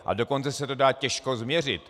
A dokonce se to dá těžko změřit.